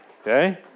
okay